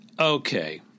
Okay